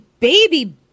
baby